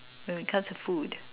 when it comes to food